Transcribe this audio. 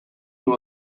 nur